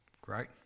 Great